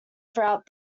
throughout